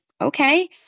okay